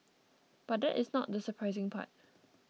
but there is not the surprising part